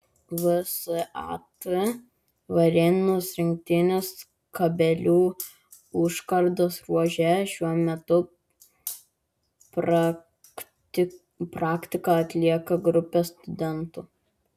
vsat varėnos rinktinės kabelių užkardos ruože šiuo metu praktiką atlieka grupė studentų